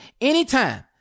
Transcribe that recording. anytime